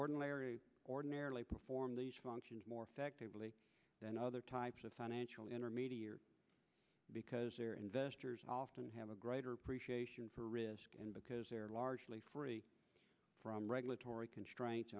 ordinary ordinarily perform these functions more effectively than other types of financial intermediaries because investors often have a greater appreciation for risk and because they're largely free from regulatory constraints